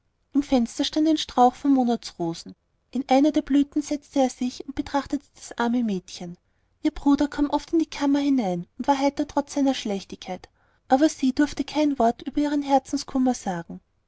im fenster stand ein strauch mit monatsrosen in eine der blumen setzte er sich und betrachtete das arme mädchen ihr bruder kam oft in die kammer hinein und war heiter trotz seiner schlechtigkeit aber sie durfte kein wort über ihren herzenskummer sagen